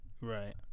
Right